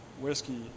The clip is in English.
whiskey